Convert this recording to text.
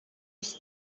iki